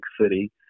City